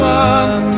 one